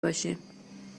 باشیم